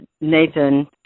Nathan